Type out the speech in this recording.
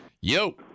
Yo